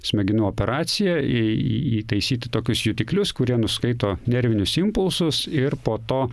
smegenų operaciją į įtaisyti tokius jutiklius kurie nuskaito nervinius impulsus ir po to